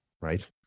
right